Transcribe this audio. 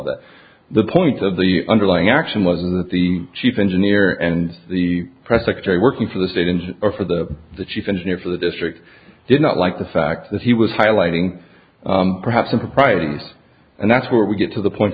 the point of the underlying action was that the chief engineer and the press secretary working for the state in or for the the chief engineer for the district did not like the fact that he was highlighting perhaps improprieties and that's where we get to the point